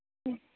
മ്മ്